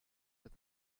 that